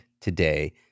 today